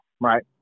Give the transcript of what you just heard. right